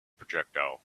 projectile